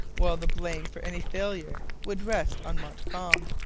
while the blame for any failure would rest on montcalm.